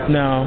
no